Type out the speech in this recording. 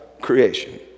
creation